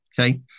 Okay